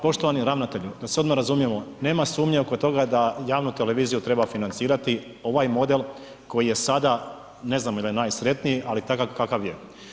Poštovani ravnatelju da se odmah razumijemo nema sumnje oko toga da javnu televiziju treba financirati ovaj model koji je sada, ne znam jel najsretniji, ali je takav kakav je.